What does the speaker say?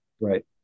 Right